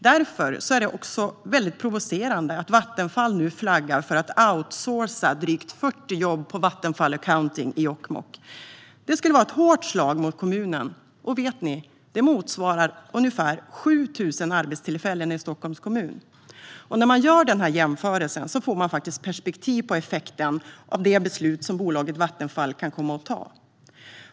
Därför är det väldigt provocerande att Vattenfall nu flaggar för att outsourca drygt 40 jobb på Vattenfall Accounting i Jokkmokk. Det skulle vara ett hårt slag mot kommunen och motsvarar ungefär 7 000 arbetstillfällen i Stockholms kommun. När man gör denna jämförelse får man perspektiv på effekten av det beslut som bolaget Vattenfall kan komma att ta.